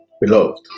Beloved